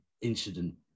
incident